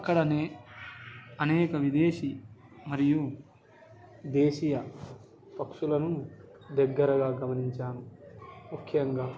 అక్కడ అనేక విదేశీ మరియు దేశీయ పక్షులను దగ్గరగా గమనించాను ముఖ్యంగా